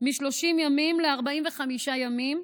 מ-30 ימים ל־45 ימים,